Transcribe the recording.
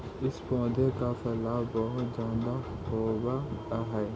इस पौधे का फैलाव बहुत ज्यादा होवअ हई